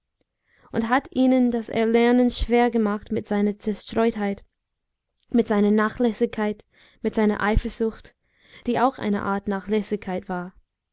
und hat ihnen das erlernen schwer gemacht mit seiner zerstreutheit mit seiner nachlässigkeit mit seiner eifersucht die auch eine art nachlässigkeit war